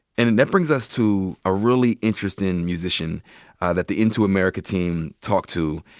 and and that brings us to a really interestin' musician that the into america team talked to.